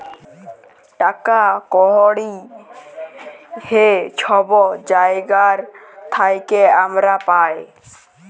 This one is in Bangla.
টাকা কড়হি যে ছব জায়গার থ্যাইকে আমরা পাই